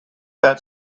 that